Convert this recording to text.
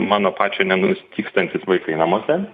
mano pačio nenustygstantys vaikai namuose